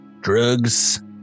drugs